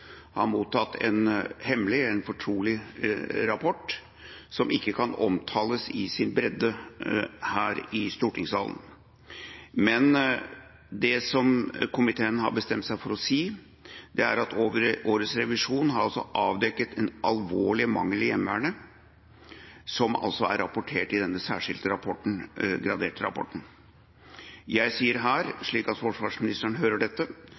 mottatt en hemmelig, en fortrolig rapport som ikke kan omtales i sin bredde her i stortingssalen. Men det som komiteen har bestemt seg for å si, er at årets revisjon har avdekket en alvorlig mangel i Heimevernet som er rapportert i denne særskilte, graderte rapporten. Jeg sier her, slik at forsvarsministeren hører dette,